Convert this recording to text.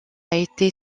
été